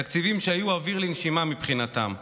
תקציבים שהיו אוויר לנשימה מבחינתם.